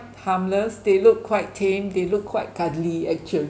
harmless they look quite tame they look quite cuddly actually